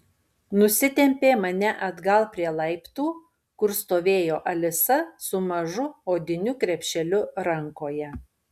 nusitempė mane atgal prie laiptų kur stovėjo alisa su mažu odiniu krepšeliu rankoje